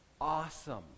Awesome